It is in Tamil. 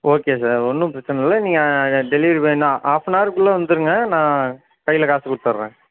ஓகே சார் ஒன்றும் பிரச்சனை இல்லை நீங்கள் டெலிவரி பண்ண ஹாஃப்பனார் குள்ளே வந்துருங்க நான் கையில காசு கொடுத்துட்றேன்